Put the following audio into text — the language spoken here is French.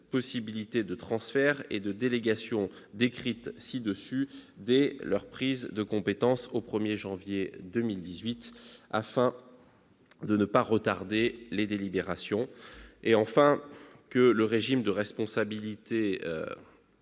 possibilités de transfert et de délégation décrites ci-dessus dès leur prise de compétence au 1 janvier 2018, afin de ne pas retarder les délibérations. Enfin, il est bon que le régime de responsabilité